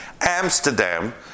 Amsterdam